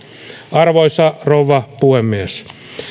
arvoisa rouva puhemies